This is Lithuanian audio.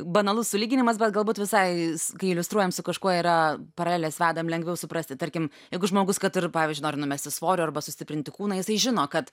banalus sulyginimas bet galbūt visai kai iliustruojam su kažkuo yra paraleles vedam lengviau suprasti tarkim jeigu žmogus kad ir pavyzdžiui nori numesti svorio arba sustiprinti kūną jisai žino kad